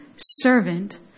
servant